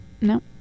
No